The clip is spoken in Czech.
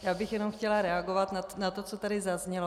Já bych jenom chtěla reagovat na to, co tady zaznělo.